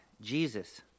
Jesus